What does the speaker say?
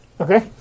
Okay